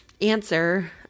answer